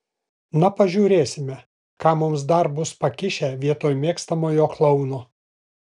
na pažiūrėsime ką mums dar bus pakišę vietoj mėgstamojo klouno